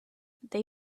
they